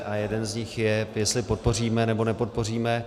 A jeden z nich je, jestli podpoříme, nebo nepodpoříme.